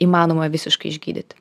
įmanoma visiškai išgydyti